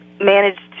managed